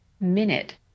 minute